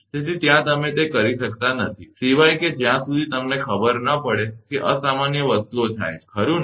તેથી ત્યાં તમે તે કરી શકતા નથી સિવાય કે જ્યાં સુધી તમને ખબર ન પડે કે અસામાન્ય વસ્તુઓ થાય છે ખરુ ને